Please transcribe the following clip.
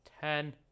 ten